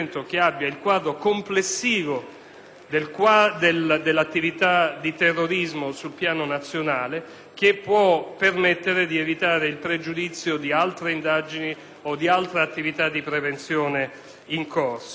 che può permettere di evitare il pregiudizio di altre indagini o di altra attività di prevenzione in corso. Quindi, l'obiettivo di questa norma è quello di potenziare lo sforzo di prevenzione da parte